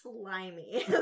slimy